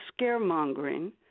scaremongering